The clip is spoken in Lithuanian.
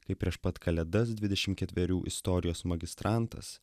kai prieš pat kalėdas dvidešim ketverių istorijos magistrantas